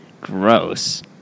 Gross